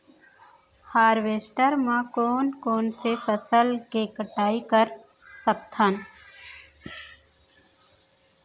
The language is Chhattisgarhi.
हारवेस्टर म कोन कोन से फसल के कटाई कर सकथन?